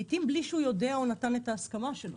לעתים בלי שהוא יודע או נתן את הסכמתו לכך.